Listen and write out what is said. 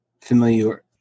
familiar